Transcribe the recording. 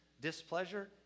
displeasure